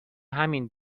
همین